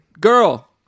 Girl